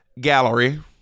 gallery